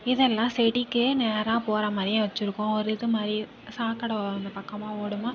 இதெல்லாம் செடிக்கே நேராக போகிற மாதிரியே வச்சிருக்கோம் ஒரு இது மாதிரி சாக்கடை அந்த பக்கமாக ஓடுமா